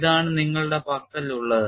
ഇതാണ് നിങ്ങളുടെ പക്കലുള്ളത്